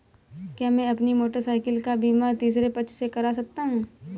क्या मैं अपनी मोटरसाइकिल का बीमा तीसरे पक्ष से करा सकता हूँ?